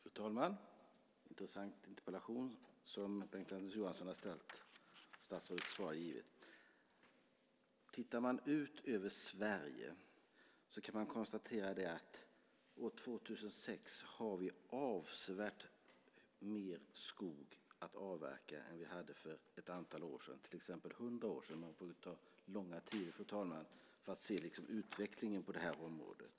Fru talman! Det är en intressant interpellation som Bengt-Anders Johansson har ställt och som statsrådet svarat på. Tittar man ut över Sverige kan man konstatera att vi år 2006 har avsevärt mer skog att avverka än vi hade för ett antal år sedan, till exempel för hundra år sedan. Man får ta till lång tid, fru talman, för att se utvecklingen på det här området.